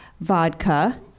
vodka